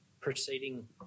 proceeding